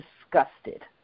disgusted